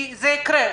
כי זה יקרה,